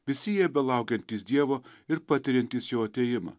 visi jie belaukiantys dievo ir patiriantys jo atėjimą